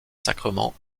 sacrements